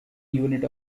unit